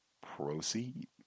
proceed